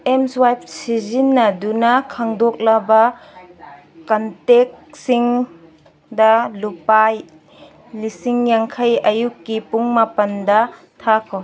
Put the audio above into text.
ꯑꯦꯝꯁ꯭ꯋꯥꯏꯞ ꯁꯤꯖꯤꯟꯅꯗꯨꯅ ꯈꯪꯗꯣꯛꯂꯕ ꯀꯟꯇꯦꯛꯁꯤꯡꯗ ꯂꯨꯄꯥ ꯂꯤꯁꯤꯡ ꯌꯥꯡꯈꯩ ꯑꯌꯨꯛꯀꯤ ꯄꯨꯡ ꯃꯥꯄꯜꯗ ꯊꯥꯈꯣ